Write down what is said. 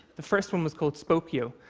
the first one was called spokeo,